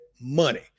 money